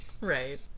Right